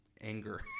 anger